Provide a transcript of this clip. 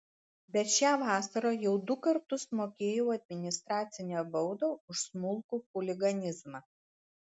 bet šią vasarą jau du kartus mokėjau administracinę baudą už smulkų chuliganizmą